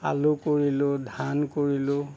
আলু কৰিলোঁ ধান কৰিলোঁ